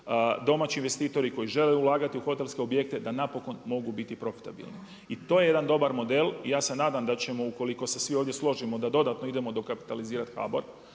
domaći investitori koji žele ulagati u hotelske objekte, da napokon mogu biti profitabilni. I to je jedan dobar model, ja se nadam da ćemo ukoliko se svi ovdje složimo da dodatno idemo dokapitalizirati HBOR,